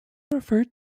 referred